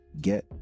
get